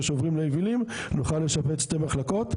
שעוברים ליבילים נוכל לשפץ שתי מחלקות,